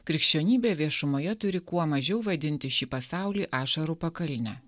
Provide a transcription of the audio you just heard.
krikščionybė viešumoje turi kuo mažiau vadinti šį pasaulį ašarų pakalne